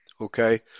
okay